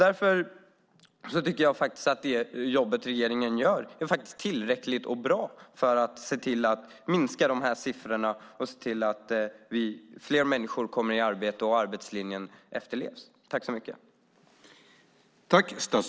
Därför tycker jag att det jobb regeringen gör är tillräckligt och bra för att se till att minska de här siffrorna och se till att fler människor kommer i arbete och att arbetslinjen efterlevs.